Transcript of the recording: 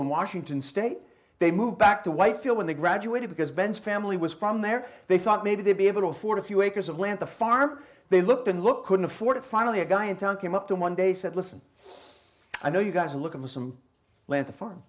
in washington state they moved back to white feel when they graduated because ben's family was from there they thought maybe they'd be able to afford a few acres of land to farm they looked and looked couldn't afford it finally a guy in town came up to one day said listen i know you guys are looking for some land